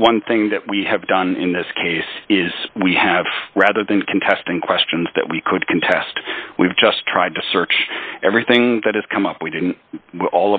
one thing that we have done in this case is we have rather than contesting questions that we could contest we've just tried to search everything that has come up we didn't all